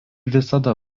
visada